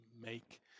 make